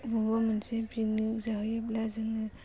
बबावबा मोनसे पिकनिक जाहैयोब्ला जोङो